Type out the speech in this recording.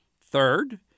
Third